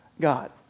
God